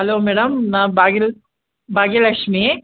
hello madam ನಾನು ಬಾಗಿಲ್ ಭಾಗ್ಯಲಕ್ಷ್ಮಿ